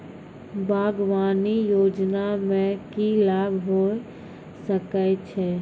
बागवानी योजना मे की लाभ होय सके छै?